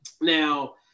Now